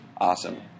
awesome